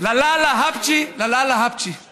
לה לה לה אפצ'י, לה לה לה אפצ'י";